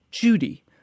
Judy